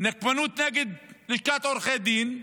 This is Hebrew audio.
נקמנות נגד לשכת עורכי הדין,